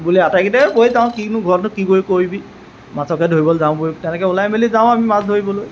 বোলে আটাইকেইটাই বই যাওঁ কিনো ঘৰতনো কিনো ক কৰিবি মাছকৈ ধৰিবলৈ যাওঁ বৈ তেনেকৈ ওলাই মেলি যাওঁ আমি মাছ ধৰিবলৈ